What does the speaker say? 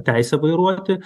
teisė vairuoti